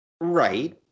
Right